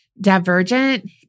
Divergent